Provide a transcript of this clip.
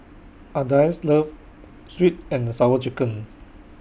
Ardyce loves Sweet and Sour Chicken